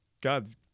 God's